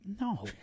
No